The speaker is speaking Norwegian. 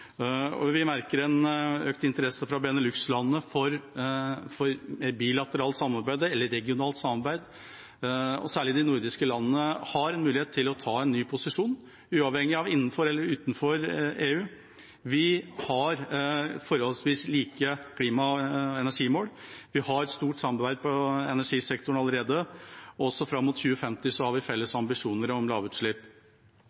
miljø. Vi merker en økt interesse fra Beneluxlandene for bilateralt samarbeid, eller regionalt samarbeid, og særlig de nordiske landene har mulighet til å ta en ny posisjon, uavhengig av om det er innenfor eller utenfor EU. Vi har forholdsvis like klima- og energimål, vi har stort samarbeid på energisektoren allerede, og fram mot 2050 har vi felles